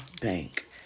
bank